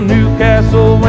Newcastle